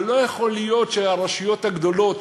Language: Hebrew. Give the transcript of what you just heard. אבל לא יכול להיות שהרשויות הגדולות,